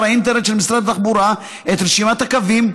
האינטרנט של משרד התחבורה את רשימת הקווים,